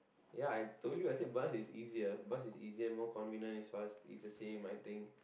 ya I told you I said bus is easier bus is easier more convenient is fast is the same I think